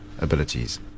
abilities